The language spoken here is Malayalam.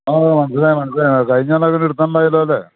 ആ മനസിലായി മനസിലായി മനസ്സിലായി കഴിഞ്ഞ തവണ